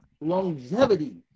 longevity